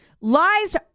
lies